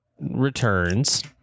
returns